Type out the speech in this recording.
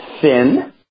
thin